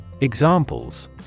EXAMPLES